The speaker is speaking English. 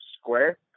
square